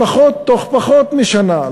בתוך פחות משנה.